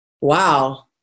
wow